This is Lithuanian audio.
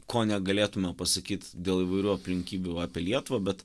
ko negalėtume pasakyt dėl įvairių aplinkybių apie lietuvą bet